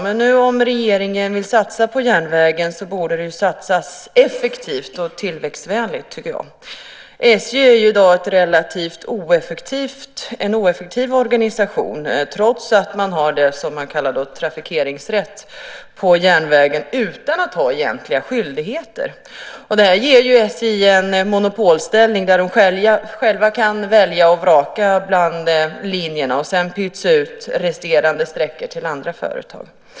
Men om regeringen nu vill satsa på järnvägen borde det satsas effektivt och tillväxtvänligt. SJ är en relativt ineffektiv organisation, trots att man har det som kallas trafikeringsrätt på järnvägen utan att ha egentliga skyldigheter. Det ger SJ en monopolställning, där de själva kan välja och vraka bland linjerna och sedan pytsa ut resterande sträckor till andra företag.